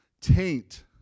taint